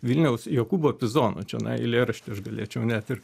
vilniaus jokubo pizono čionai eilėraštį aš galėčiau net ir